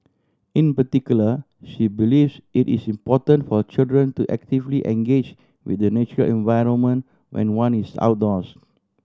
in particular she believes it is important for children to actively engage with the natural environment when one is outdoors